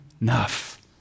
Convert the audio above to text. enough